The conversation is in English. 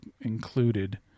included